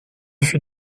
fut